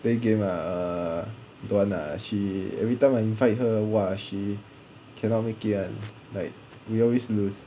play game lah err don't want lah she every time I invite her !wah! she cannot make it [one] like we always lose